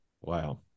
Wow